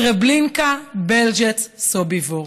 טרבלינקה, בלז'ץ, סוביבור.